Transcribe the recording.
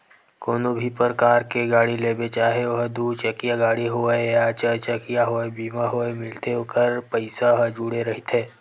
कोनो भी परकार के गाड़ी लेबे चाहे ओहा दू चकिया गाड़ी होवय या चरचकिया होवय बीमा होय मिलथे ओखर पइसा ह जुड़े रहिथे